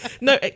No